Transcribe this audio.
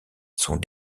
sont